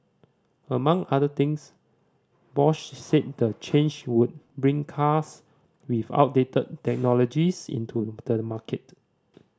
among other things Bosch said the change would bring cars with outdated technologies into the market